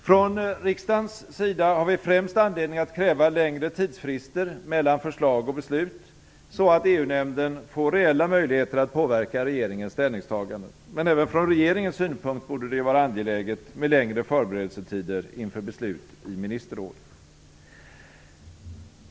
Från riksdagens sida har vi främst anledning att kräva längre tidsfrister mellan förslag och beslut så att EU nämnden får reella möjligheter att påverka regerings ställningstaganden. Men även från regeringens synpunkt borde det vara angeläget med längre förberedelsetider inför beslut i ministerrådet.